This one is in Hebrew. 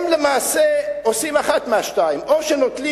הם למעשה עושים אחד מהשניים: או שנוטלים